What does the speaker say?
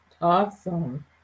Awesome